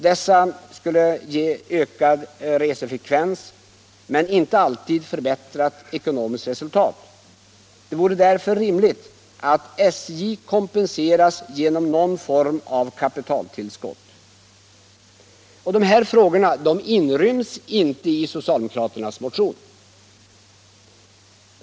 Dessa skulle ge ökad resefrekvens, men inte alltid förbättrat ekonomiskt resultat. Det vore därför rimligt att SJ kompenseras genom någon form av kapitaltillskott. De här frågorna inryms inte i socialdemokraternas motion.